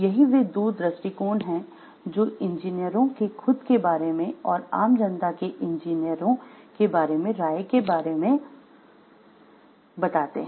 यही वे दो दृष्टिकोण हैं जो इंजीनियरों के खुद के बारे में और आम जनता के इंजीनियरों के बारे में राय के बारे में बताते है